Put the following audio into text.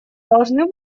должны